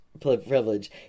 privilege